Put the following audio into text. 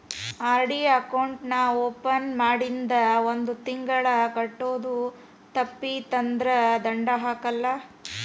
RD account ನಾ open ಮಾಡಿಂದ ಒಂದ್ ತಿಂಗಳ ಕಟ್ಟೋದು ತಪ್ಪಿತಂದ್ರ ದಂಡಾ ಹಾಕಲ್ಲ